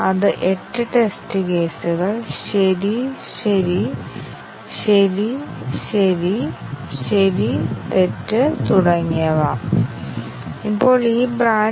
അതിനാൽ ഞങ്ങൾ ടെസ്റ്റ് കേസുകൾ നൽകുകയും പ്രസ്താവനകൾ നടപ്പിലാക്കുന്നുണ്ടോ എന്ന് നിരീക്ഷിക്കുകയും അളക്കുകയും ചെയ്യുന്നു